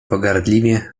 pogardliwie